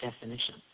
definition